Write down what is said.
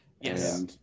yes